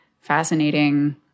fascinating